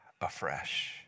afresh